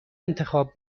انتخاب